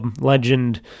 legend